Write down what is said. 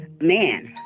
man